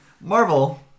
Marvel